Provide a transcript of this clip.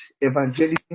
evangelism